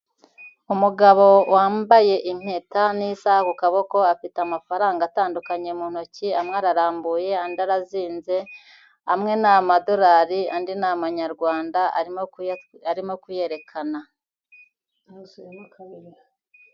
Umugabo wambaye impeta n'isaha ku kaboko, afite amafaranga atandukanye mu ntoki, amwe ararambuye andi arazinze, amwe ni amadorari andi ni amanyarwanda arimo kuyerekana, aho usubiyemo kabiri.